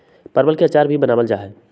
परवल के अचार भी बनावल जाहई